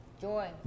Joy